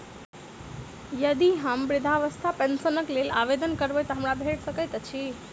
यदि हम वृद्धावस्था पेंशनक लेल आवेदन करबै तऽ हमरा भेट सकैत अछि?